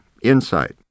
insight